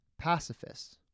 pacifists